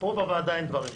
פה בוועדה אין דברים כאלה.